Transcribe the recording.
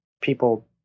people